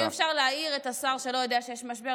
אם אפשר להעיר את השר שלא יודע שיש משבר,